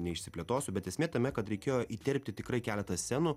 neišsiplėtosiu bet esmė tame kad reikėjo įterpti tikrai keletą scenų